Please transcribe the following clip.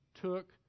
took